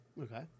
okay